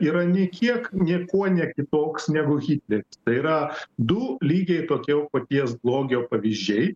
yra nei kiek niekuo ne kitoks negu kiti tai yra du lygiai tokie paties blogio pavyzdžiai